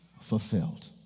fulfilled